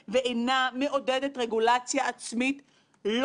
אני רוצה להודות לך על עבודה יוצאת דופן במונחים פרלמנטריים.